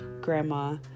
grandma